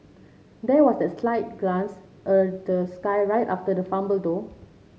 there was that slight glance a the sky right after the fumble though